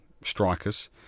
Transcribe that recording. strikers